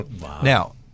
Now